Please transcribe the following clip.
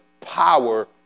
power